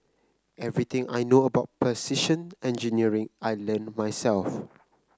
everything I know about precision engineering I learnt myself